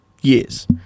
years